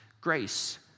grace